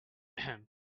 can